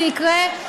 זה יקרה,